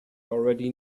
already